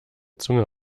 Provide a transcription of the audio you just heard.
zunge